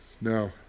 no